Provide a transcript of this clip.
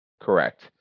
Correct